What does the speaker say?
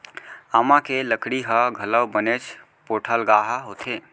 आमा के लकड़ी ह घलौ बनेच पोठलगहा होथे